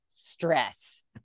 stress